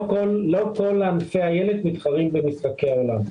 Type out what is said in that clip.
לא כל ענפי אילת מתחרים במשחקי עולם.